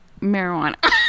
marijuana